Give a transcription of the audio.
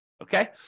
Okay